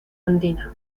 andina